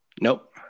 Nope